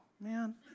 man